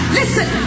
Listen